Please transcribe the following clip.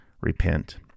repent